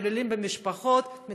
מתעללים במשפחות,